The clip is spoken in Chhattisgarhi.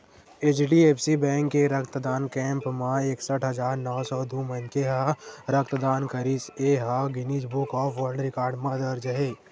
एच.डी.एफ.सी बेंक के रक्तदान कैम्प म एकसट हजार नव सौ दू मनखे ह रक्तदान करिस ए ह Guinness book of world record म दर्ज हे